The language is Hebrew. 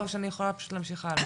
או שאני יכולה פשוט להמשיך הלאה?